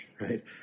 right